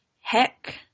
heck